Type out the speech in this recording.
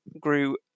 grew